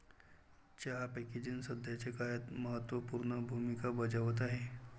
चहा पॅकेजिंग सध्याच्या काळात महत्त्व पूर्ण भूमिका बजावत आहे